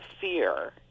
fear